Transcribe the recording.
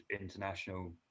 international